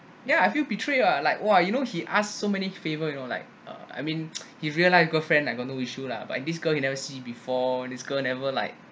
ya I feel betrayed ah like !wah! you know he asked so many favor you know like uh I mean he real life girlfriend I got no issue lah but this girl he never see before this girl never like